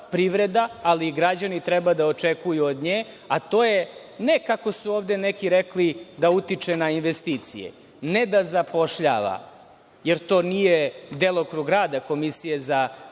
ali i građani treba da očekuju od nje, a to je ne kako su ovde rekli da utiče na investicije, ne da zapošljava, jer to nije delokrug rada Komisije za hartije